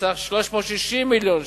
בסך 360 מיליון שקלים.